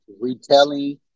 retelling